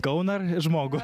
kauną ar žmogų